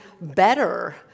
better